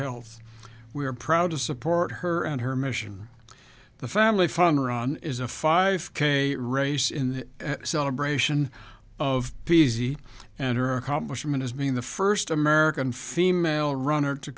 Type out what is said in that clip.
health we are proud to support her and her mission the family fun run is a five k race in celebration of p z and her accomplishment as being the first american female runner to